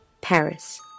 Paris